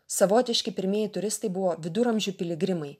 savotiški pirmieji turistai buvo viduramžių piligrimai